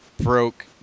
broke